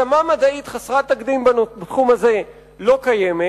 הסכמה מדעית חסרת תקדים בתחום הזה לא קיימת?